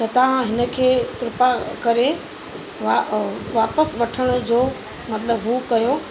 त तव्हां हिन खे कृपा करे वा वापसि वठण जो मतिलबु हू कयो